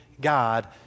God